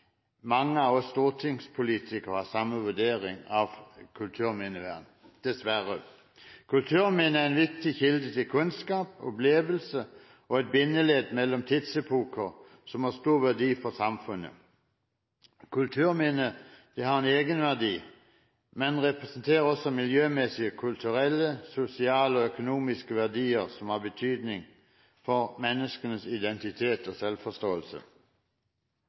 mange av oss stortingspolitikere å ha samme vurdering av kulturminnevern – dessverre. Kulturminner er en viktig kilde til kunnskap og opplevelser og er et bindeledd mellom tidsepoker, noe som har stor verdi for samfunnet. Kulturminner har en egenverdi, men representerer også miljømessige, kulturelle, sosiale og økonomiske verdier som har betydning for menneskenes identitet og selvforståelse.